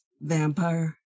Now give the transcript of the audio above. vampire